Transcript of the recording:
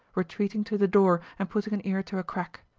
retreating to the door and putting an ear to a crack.